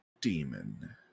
demon